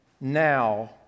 now